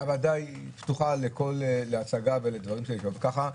הוועדה היא פתוחה לכל הצגה ולדברים --- גם ככה.